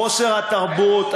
חוסר התרבות,